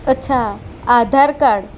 અચ્છા આધાર કાર્ડ